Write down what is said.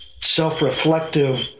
self-reflective